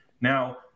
Now